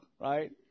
right